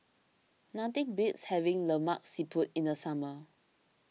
nothing beats having Lemak Siput in the summer